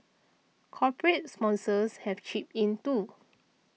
corporate sponsors have chipped in too